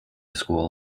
school